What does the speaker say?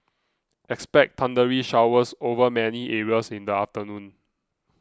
expect thundery showers over many areas in the afternoon